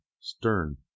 stern